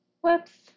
Whoops